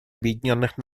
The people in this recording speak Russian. объединенных